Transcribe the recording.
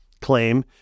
claim